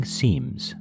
seems